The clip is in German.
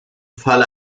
falle